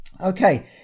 okay